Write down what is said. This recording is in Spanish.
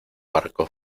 barco